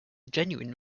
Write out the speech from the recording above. genuine